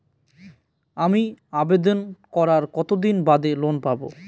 আমি আবেদন করার কতদিন বাদে লোন পাব?